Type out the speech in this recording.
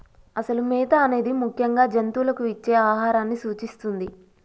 అసలు మేత అనేది ముఖ్యంగా జంతువులకు ఇచ్చే ఆహారాన్ని సూచిస్తుంది